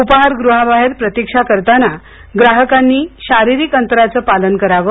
उपाहारगृहाबाहेर प्रतीक्षा करताना ग्राहकांनी शारीरिक अंतराचं पालन करावं